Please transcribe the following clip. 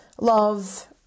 love